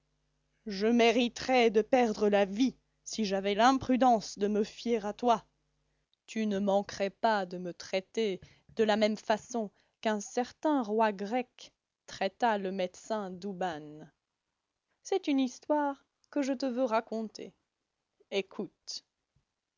je mériterais de perdre la vie si j'avais l'imprudence de me fier à toi tu ne manquerais pas de me traiter de la même façon qu'un certain roi grec traita le médecin douban c'est une histoire que je te veux raconter écoute